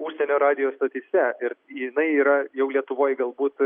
užsienio radijo stotyse ir jinai yra jau lietuvoj galbūt